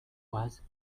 oise